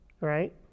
right